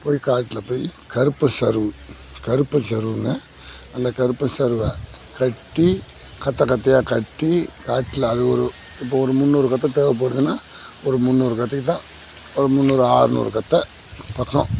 போய் காட்டில் போய் கருப்பன் சருகு கருப்பன் சருகுங்க அந்த கருப்பன் சருகை கட்டி கத்தை கத்தையா கட்டி காட்டில் அது ஒரு இப்போ ஒரு முன்னூறு கத்தை தேவைப்படுதுனா ஒரு முன்னூறு கற்றைக்கு தான் ஒரு முன்னூறு ஆறுநூறு கத்தை பக்கம்